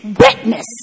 witness